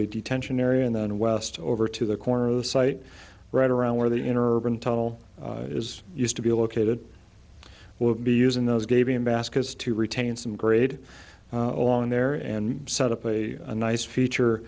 the detention area and then west over to the corner of the site right around where the inner tunnel is used to be located we'll be using those gave him baskets to retain some grade along there and set up a nice future